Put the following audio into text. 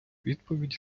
відповіді